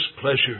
pleasure